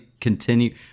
continue